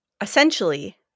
Essentially